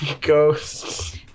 ghosts